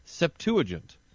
Septuagint